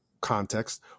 context